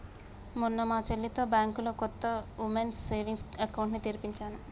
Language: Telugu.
మొన్న మా చెల్లితో బ్యాంకులో కొత్త వుమెన్స్ సేవింగ్స్ అకౌంట్ ని తెరిపించినా